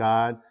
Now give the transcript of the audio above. God